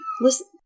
listen